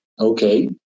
Okay